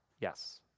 yes